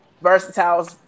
versatile